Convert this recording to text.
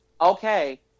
okay